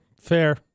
fair